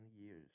years